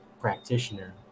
practitioner